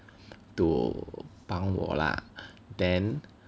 to 帮我 lah then